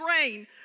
grain